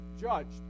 judged